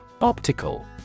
Optical